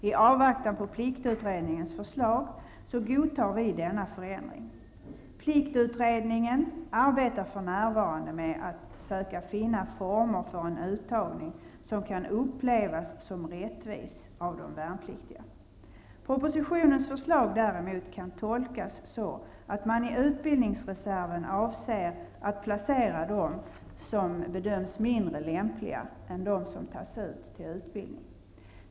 I avvaktan på pliktutredningens förslag godtar vi denna förändring. Pliktutredningen arbetar för närvarande med att försöka finna former för en uttagning som kan upplevas som rättvis av de värnpliktiga. Däremot kan propositionens förslag tolkas så att man i utbildningsreserven avser att placera dem som bedöms mindre lämpliga än dem som tas ut till utbildning.